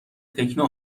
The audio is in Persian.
تکنو